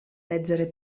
leggere